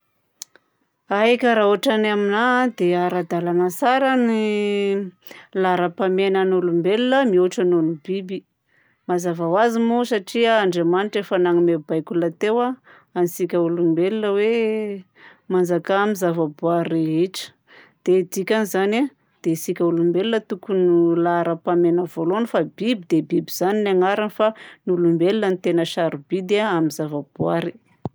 Aika raha ôtran'ny aminahy dia ra-dalàna tsara ny laharam-pahamehanan'olombelogna mihoatra noho ny biby. Mazava ho azy moa satria Andriamanitra efa nanome baiko lahateo a antsika olombelogna hoe manjakà amin'ny zavaboary rehetra. Dia ny dikan'izany a, dia tsika olombelogna tokony ho laharam-pahamehana voalohany fa ny biby dia biby zany agnarany fa ny olombelogna no tena sarobidy a amin'ny zavaboary.